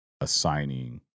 assigning